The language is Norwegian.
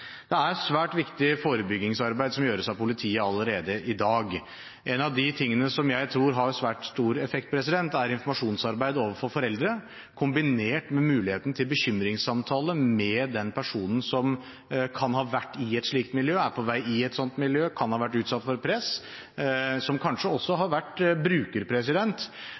politiet allerede i dag. En av de tingene som jeg tror har svært stor effekt, er informasjonsarbeid overfor foreldre, kombinert med muligheten til bekymringssamtale med den personen som kan ha vært i et slikt miljø, er på vei inn i et slikt miljø, kan ha vært utsatt for press, og som kanskje også har vært bruker,